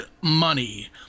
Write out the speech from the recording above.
money